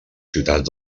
ciutats